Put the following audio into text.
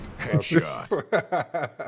Headshot